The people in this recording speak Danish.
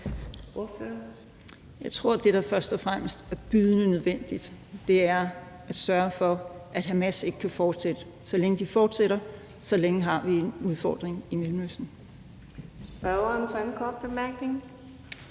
Jeg tror, at det, der først og fremmest er bydende nødvendigt, er at sørge for, at Hamas ikke kan fortsætte. Så længe de fortsætter, så længe har vi en udfordring i Mellemøsten. Kl. 18:44 Fjerde næstformand